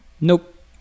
Nope